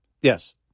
Yes